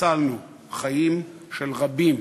הצלנו חיים של רבים